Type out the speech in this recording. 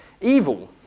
evil